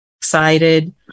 excited